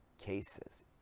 cases